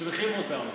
צריכים אותם.